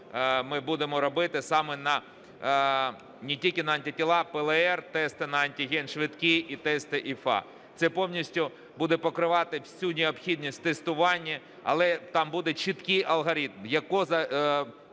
ми будемо робити саме не тільки на антитіла, ПЛР-тести на антиген, швидкі і тести ІФА. Це повністю буде покривати всю необхідність у тестуванні, але там буде чіткий алгоритм, кого